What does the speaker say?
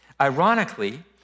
Ironically